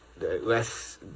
less